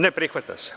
Ne prihvata se.